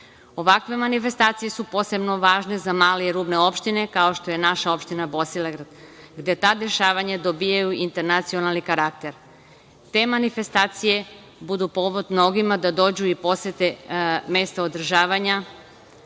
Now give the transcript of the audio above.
Ovakve manifestacije su posebno važne za male i rubne opštine, kao što je naša opština Bosilegrad, gde ta dešavanja dobijaju internacionalni karakter. Takve manifestacije budu povod mnogima da dođu i posete mesta održavanja,